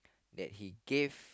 that he gave